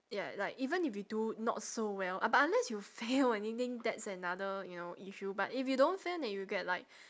yeah like even if you do not so well uh but unless you fail anything that's another you know issue but if you don't fail and you get like